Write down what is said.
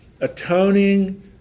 atoning